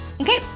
Okay